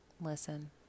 Listen